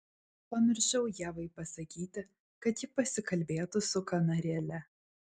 pamiršau ievai pasakyti kad ji pasikalbėtų su kanarėle